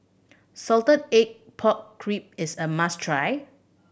salted egg pork crib is a must try